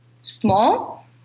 small